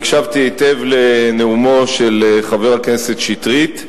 הקשבתי היטב לנאומו של חבר הכנסת שטרית.